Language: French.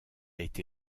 été